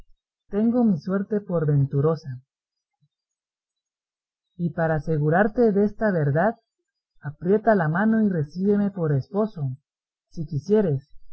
tengo mi suerte por venturosa y para asegurarte desta verdad aprieta la mano y recíbeme por esposo si quisieres